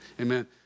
Amen